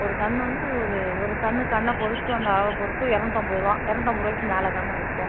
ஒரு கன்று வந்து ஒரு ஒரு கன்று கன்றை பொறுத்து அந்த அளவை பொறுத்து இரநூத்தம்பது ரூபா இரநூத்தம்பது ரூபாய்க்கி மேலே தான்மா விற்போம்